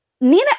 Nina